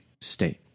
state